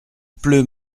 pleut